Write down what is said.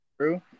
True